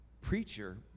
preacher